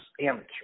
amateur